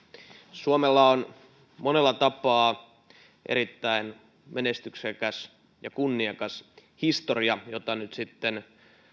suomella on monella tapaa erittäin menestyksekäs ja kunniakas historia jota nyt sitten